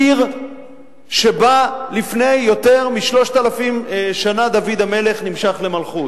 עיר שבה לפני יותר מ-3,000 שנה דוד המלך נמשח למלכות.